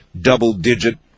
double-digit